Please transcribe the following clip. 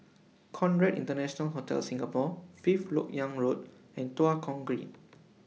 Conrad International Hotel Singapore Fifth Lok Yang Road and Tua Kong Green